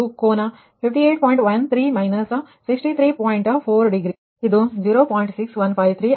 6153 ಆಗಿರುತ್ತದೆ ಮತ್ತು ಕೋನ 180 ಡಿಗ್ರಿ ಆದುದರಿಂದ −0